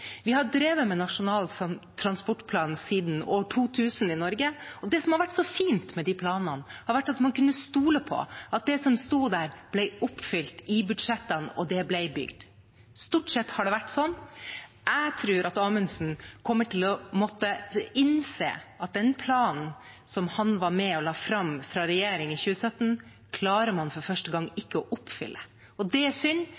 Vi har drevet med Nasjonal transportplan siden år 2000 i Norge, og det som har vært så fint med de planene, har vært at man kunne stole på at det som sto der, ble oppfylt i budsjettene, og det ble bygd. Stort sett har det vært sånn. Jeg tror Amundsen kommer til å måtte innse at den planen han var med på å legge fram fra regjeringen i 2017, klarer man for første gang ikke å oppfylle. Det er synd